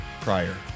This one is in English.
prior